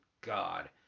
God